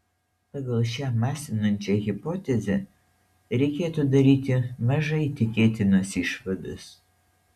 pagal šią masinančią hipotezę reikėtų daryti mažai tikėtinas išvadas